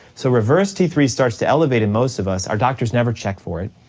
so reverse t three starts to elevate in most of us, our doctors never check for it,